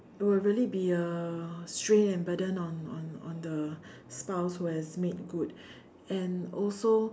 it will really be a strain and burden on on on the spouse who has made good and also